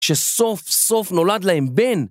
שסוף סוף נולד להם בן.